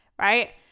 right